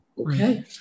Okay